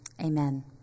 amen